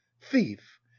thief